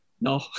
No